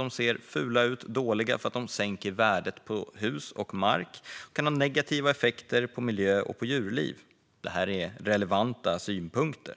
och ser fula ut, och som dåliga därför att de sänker värdet på hus och mark. De kan ha negativa effekter på miljö och djurliv. Detta är relevanta synpunkter.